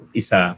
isa